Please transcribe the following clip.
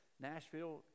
Nashville